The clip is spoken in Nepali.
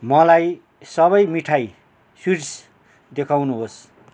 मलाई सबै मिठाई स्वीट्स देखाउनुहोस्